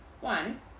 One